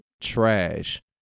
trash